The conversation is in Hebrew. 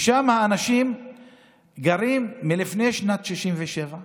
אנשים גרים שם מלפני שנת 67',